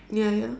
ya ya